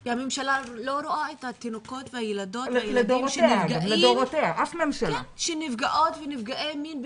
כי הממשלה לא רואה את התינוקות והילדות והילדים שנפגעים מינית,